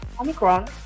Omicron